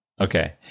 Okay